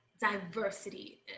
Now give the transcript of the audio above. diversity